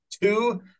two